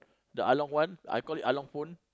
the ah-long one I call it Ah Long Phone